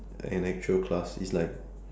an actual class is like